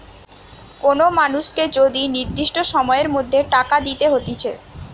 কোন মানুষকে যদি নির্দিষ্ট সময়ের মধ্যে টাকা দিতে হতিছে